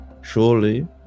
Surely